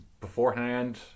beforehand